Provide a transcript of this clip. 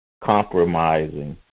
compromising